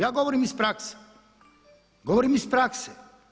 Ja govorim iz prakse, govorim iz prakse.